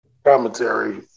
Commentary